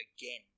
again